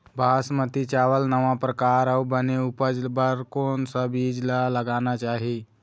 बासमती चावल नावा परकार अऊ बने उपज बर कोन सा बीज ला लगाना चाही?